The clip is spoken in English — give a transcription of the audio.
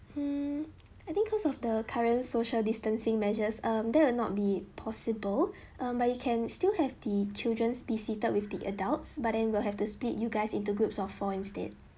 hmm I think cause of the current social distancing measures um there are not be possible um but you can still have the children's be seated with the adults but then we'll have to split you guys into groups of four instead